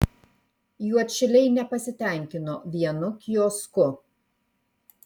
juodšiliai nepasitenkino vienu kiosku